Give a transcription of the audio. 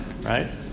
Right